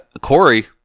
Corey